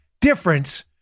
difference